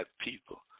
people